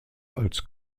als